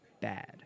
bad